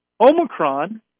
omicron